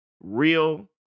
real